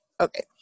Okay